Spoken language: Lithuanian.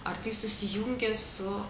ar tai susijungė su